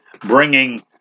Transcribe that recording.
bringing